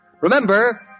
Remember